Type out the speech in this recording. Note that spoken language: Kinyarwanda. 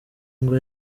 ngo